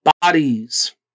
bodies